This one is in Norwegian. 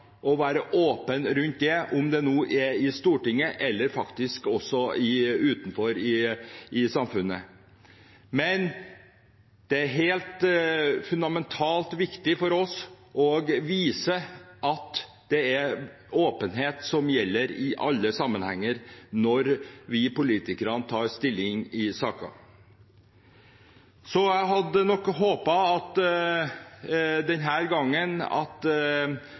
være åpne rundt det, enten det er i Stortinget eller i samfunnet utenfor. Det er helt fundamentalt viktig for oss å vise at det er åpenhet som gjelder i alle sammenhenger når vi politikere tar stilling i saker. Jeg hadde håpet at Arbeiderpartiet denne gangen